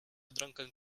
drunken